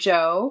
Joe